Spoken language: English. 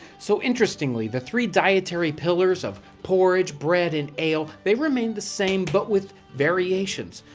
so interestingly the three dietary pillars of porridge, bread, and ale, they remained the same, but with variations.